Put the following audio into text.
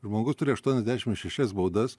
žmogus turi aštuoniasdešimt šešias baudas